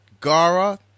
Gara